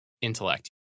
Intellect